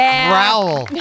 growl